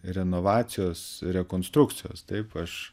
renovacijos rekonstrukcijos taip aš